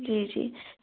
जी जी